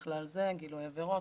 בכלל זה גילוי עבירות,